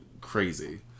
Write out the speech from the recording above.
crazy